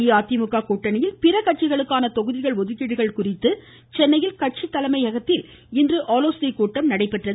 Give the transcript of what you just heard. அஇஅதிமுக கூட்டணியில் பிற கட்சிகளுக்கான தொகுதிகள் ஒதுக்கீடு குறித்து சென்னையில் கட்சியின் தலைமையகத்தில் இன்று ஆலோசனை கூட்டம் நடைபெற்றது